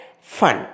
fun